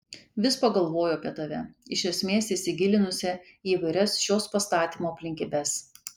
vis pagalvoju apie tave iš esmės įsigilinusią į įvairias šios pastatymo aplinkybes